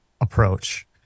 approach